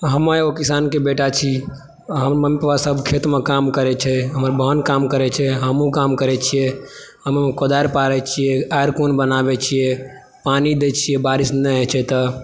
हम एगो किसानके बेटा छी हमर मम्मी पापा सभ खेतमे काम करै छै हमर बहिन खेतमे काम करै छै हमहु काम करै छियै हमहु कोदारि पाड़े छीयै आरि कोन बनाबै छियै पानि दै छियै बारिश नहि होइ छै तऽ